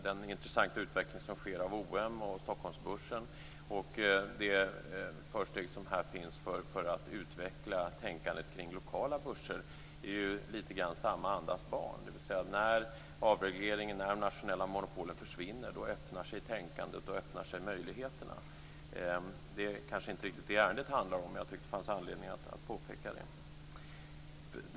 Den intressanta utveckling som sker beträffande OM och Stockholmsbörsen samt det försteg som här finns för att utveckla tänkandet kring lokala börser är lite grann samma andas barn. När avregleringen och de nationella monopolen försvinner öppnar sig tänkandet och möjligheterna. Det är kanske inte riktigt det som ärendet handlar om men jag tycker att det finns anledning att påpeka detta.